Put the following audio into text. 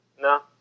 No